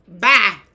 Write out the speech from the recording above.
bye